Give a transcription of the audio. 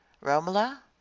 romola